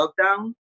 lockdown